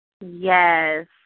Yes